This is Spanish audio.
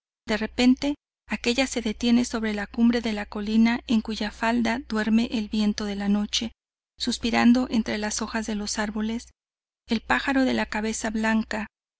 de repente aquella se detiene sobre la cumbre de la colina en cuya falda duerme el viento de la noche suspirando entre las hojas de los árboles el pájaro de la cabeza blanca